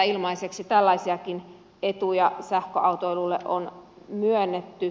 tällaisiakin etuja sähköautoilulle on myönnetty